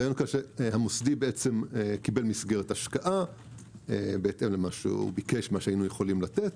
המוסדי קיבל מסגרת השקעה בהתאם למה שהוא ביקש - מה שהיינו יכולים לתת.